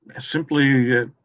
Simply